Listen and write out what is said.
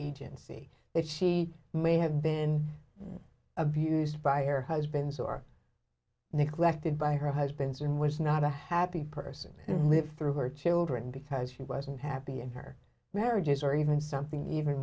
agency that she may have been abused by her husbands or neglected by her husbands and was not a happy person and lived through her children because she wasn't happy in her marriages or even something even